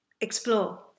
explore